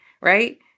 right